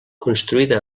construïda